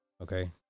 Okay